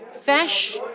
fish